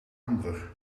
hangbrug